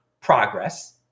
progress